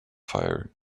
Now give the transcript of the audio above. fire